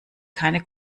keine